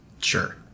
Sure